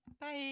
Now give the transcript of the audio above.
Bye